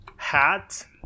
hat